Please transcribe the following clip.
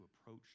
approach